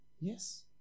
Yes